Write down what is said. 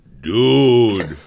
dude